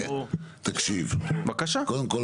הם אמרו.